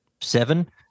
Seven